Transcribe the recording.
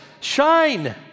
shine